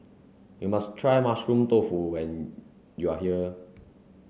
you must try Mushroom Tofu when you are here